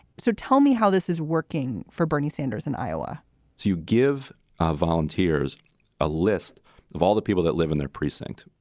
so tell me how this is working for bernie sanders in iowa so you give ah volunteers a list of all the people that live in their precinct,